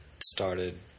started